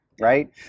right